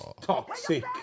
Toxic